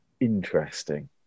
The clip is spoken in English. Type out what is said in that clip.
Interesting